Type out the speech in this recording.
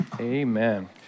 Amen